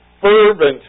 fervent